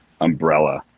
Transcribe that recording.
umbrella